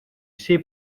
всей